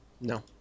No